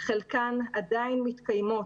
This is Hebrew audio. חלקן עדיין מתקיימות,